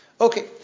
Okay